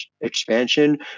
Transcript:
expansion